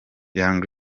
young